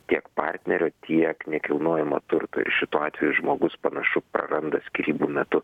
tiek partnerio tiek nekilnojamo turto ir šituo atveju žmogus panašu praranda skyrybų metu